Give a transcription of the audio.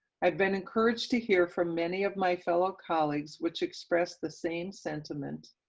i've been encouraged to hear from many of my fellow colleagues, which express the same sentiment.